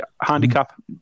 handicap